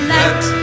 let